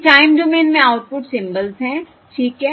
ये time domain में output symbols हैं ठीक है